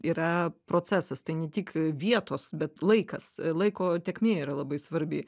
yra procesas tai ne tik vietos bet laikas laiko tėkmė yra labai svarbi